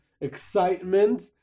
excitement